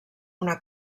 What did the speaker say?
una